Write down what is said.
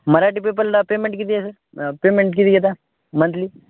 मराठी पेपरला पेमेंट किती आहे सर पेमेंट किती घेता मंथली